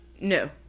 No